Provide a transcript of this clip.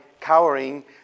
cowering